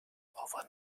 overland